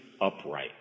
upright